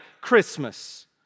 Christmas